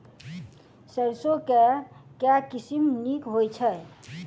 सैरसो केँ के किसिम नीक होइ छै?